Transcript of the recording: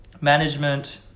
Management